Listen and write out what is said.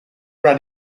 ran